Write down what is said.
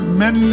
men